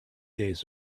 days